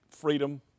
freedom